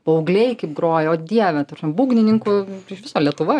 paaugliai kaip groja o dieve ta prasme būgnininkų iš viso lietuva